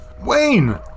Wayne